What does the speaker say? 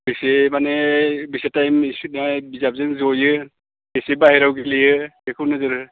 बेसे माने बेसे टाइम दा बिजाबजों ज'यो बेसे बायह्रायाव गेलेयो बेखौ नोजोर हो